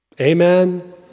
amen